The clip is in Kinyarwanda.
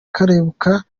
kaberuka